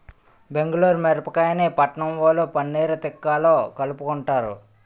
బెంగుళూరు మిరపకాయని పట్నంవొళ్ళు పన్నీర్ తిక్కాలో కలుపుకుంటారు